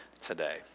today